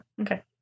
Okay